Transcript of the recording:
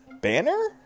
Banner